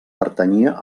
pertanyia